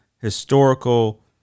Historical